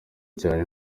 cyane